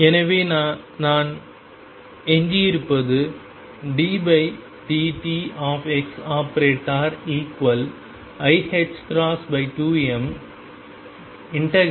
எனவே நான் எஞ்சியிருப்பது ddt⟨x⟩iℏ2m ∂ψ∂xdx×2